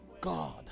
God